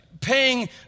paying